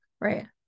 Right